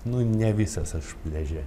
nu ne visas aš pliaže